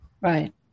right